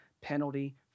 penalty